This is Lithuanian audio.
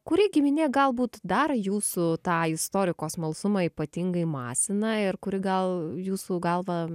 kuri giminė galbūt dar jūsų tą istoriko smalsumą ypatingai masina ir kuri gal jūsų galva